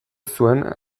zuen